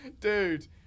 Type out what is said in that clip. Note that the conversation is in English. Dude